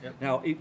Now